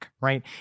right